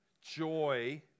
joy